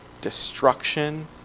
destruction